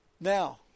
Now